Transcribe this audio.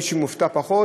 מי שמופתע פחות,